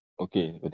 Okay